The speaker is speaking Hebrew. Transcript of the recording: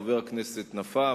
חבר הכנסת נפאע.